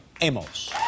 amos